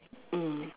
mm